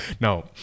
Now